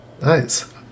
Nice